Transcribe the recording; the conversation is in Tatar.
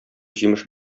җимеш